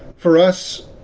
for us,